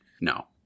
No